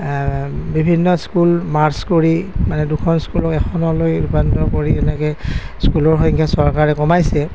বিভিন্ন school merge কৰি মানে দুখন স্কুলক এখনলৈ ৰূপান্তৰ কৰি এনেকৈ স্কুলৰ সংখ্যা চৰকাৰে কমাইছে